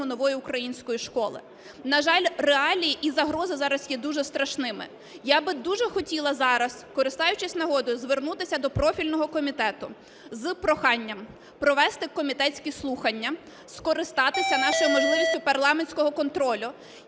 Нової української школи. На жаль, реалії і загрози зараз є дуже страшними. Я би дуже хотіла зараз, користаючись нагодою, звернутися до профільного комітету з проханням провести комітетські слухання, скористатися нашою можливістю парламентського контролю